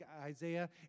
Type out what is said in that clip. Isaiah